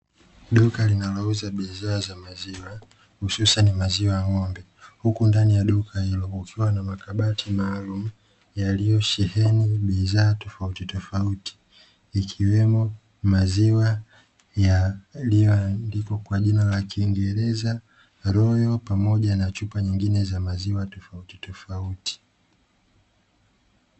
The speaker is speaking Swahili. Duka linalouza bidhaa za maziwa hususani maziwa ya ng'ombe, huku ndani ya duka hilo kukiwa na makabati maalumu yaliyosheheni bidhaa tofautitofauti ikiwemo maziwa yaliyoandikwa kwa jina la kingereza ''ROYAL'' pamoja na chupa nyingine za maziwa tofautitofauti.